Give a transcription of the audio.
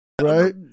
right